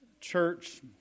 church